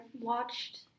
watched